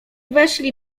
weszli